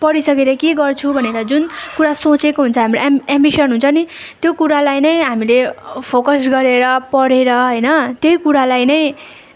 पढिसकेर के गर्छु भनेर जुन कुरा सोचेको हुन्छ हाम्रो एम्बिसन हुन्छ नि त्यो कुरालाई नै हामीले फोकस गरेर पढेर होइन त्यही कुरालाई नै